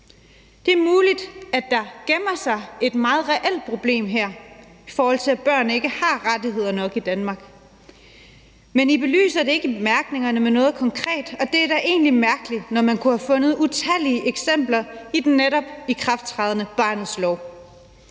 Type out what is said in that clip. Det er muligt, at der gemmer sig et meget reelt problem her, i forhold til at børn ikke har rettigheder nok i Danmark. Men I belyser det ikke i bemærkningerne med noget konkret, og det er da egentlig mærkeligt, når man kunne have fundet utallige eksempler i den netop ikrafttrædende barnets lov.